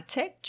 Tech